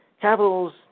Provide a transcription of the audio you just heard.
Capitals